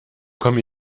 komme